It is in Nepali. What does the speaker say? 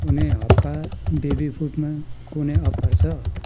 कुनै हप्पा बेबी फुडमा कुनै अफर छ